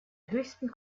höchsten